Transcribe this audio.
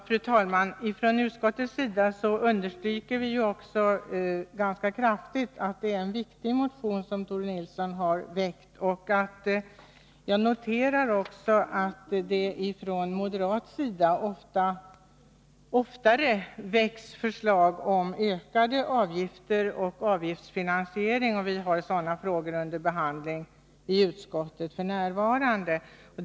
Fru talman! Vi i utskottet understryker kraftigt att det är en viktig motion som Tore Nilsson har väckt. Men jag noterar samtidigt att moderaterna oftare framlägger förslag om ökade avgifter och avgiftsfinansiering. Sådana frågor har utskottet f. n. under behandling.